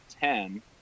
ten